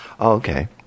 Okay